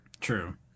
true